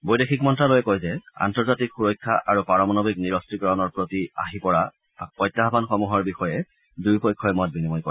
বৈদেশিক মন্তালয়ে কয় যে আন্তৰ্জাতিক সুৰক্ষা আৰু পাৰমাণৱিক নিৰস্ত্ৰীকৰণৰ প্ৰতি আহি পৰা প্ৰত্যাহানসমূহৰ বিষয়ে দুয়ো পক্ষই মত বিনিময় কৰে